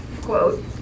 quote